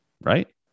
Right